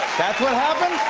that's what happened?